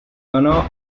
donó